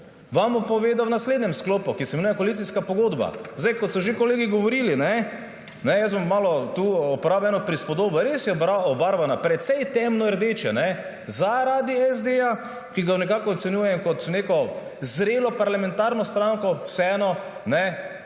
vam bom povedal v naslednjem sklopu, ki se imenuje koalicijska pogodba. Kot so že kolegi govorili, jaz bom tu uporabil eno prispodobo, res je obarvana precej temno rdeče, zaradi SD, ki ga nekako ocenjujem kot neko zrelo parlamentarno stranko tega